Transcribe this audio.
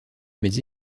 mais